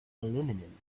aluminium